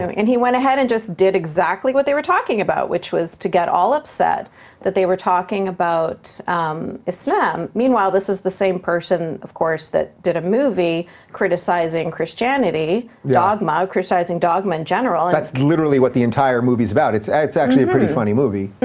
um and he went ahead and just did exactly what they were talking about, which was to get all upset that they were talking about islam meanwhile, this is the same person, of course, that did a movie criticizing christianity, dogma, criticizing dogma in general. that's literally what the entire movie's about. it's actually a pretty funny movie,